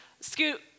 scoot